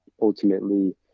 ultimately